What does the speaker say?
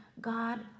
God